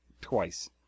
twice